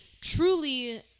truly